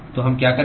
तो हम क्या करें